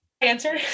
answer